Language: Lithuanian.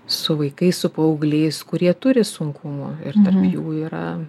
su vaikais su paaugliais kurie turi sunkumų tarp jų yra